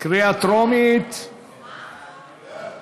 הצעת החוק עברה בקריאה טרומית ותועבר לוועדת